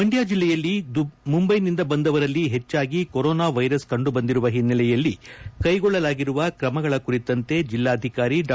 ಮಂಡ್ಯ ಜಿಲ್ಲೆಯಲ್ಲಿ ಮುಂಬೈನಿಂದ ಬಂದವರಲ್ಲಿ ಹೆಚ್ಚಾಗಿ ಕೊರೋನಾ ವೈರಸ್ ಕಂಡುಬಂದಿರುವ ಹಿನ್ನೆಲೆಯಲ್ಲಿ ಕೈಗೊಳ್ಳಲಾಗಿರುವ ಕ್ರಮಗಳ ಕುರಿತಂತೆ ಜಿಲ್ಲಾಧಿಕಾರಿ ಡಾ